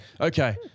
Okay